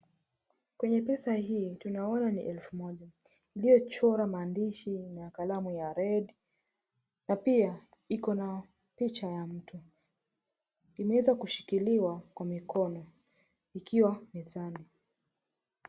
Kwenye pesa hii tunaona ni elfu moja iliyochorwa maandishi ya kalamu ya red na pia iko na picha ya mtu imeweza kushikiliwa kwa mikono ikiwa mezani.